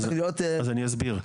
אני אסביר.